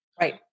Right